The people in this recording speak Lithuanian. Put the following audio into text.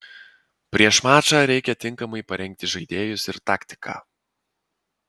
prieš mačą reikia tinkamai parengti žaidėjus ir taktiką